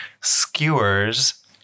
skewers